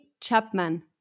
Chapman